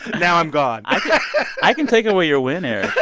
now i'm gone. i i can take away your win, eric